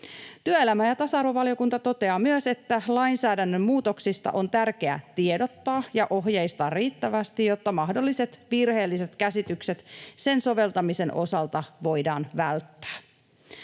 Työelämä- ja tasa-arvovaliokunta toteaa myös, että lainsäädännön muutoksista on tärkeää tiedottaa ja ohjeistaa riittävästi, jotta mahdolliset virheelliset käsitykset sen soveltamisen osalta voidaan välttää.